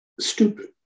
stupid